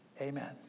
Amen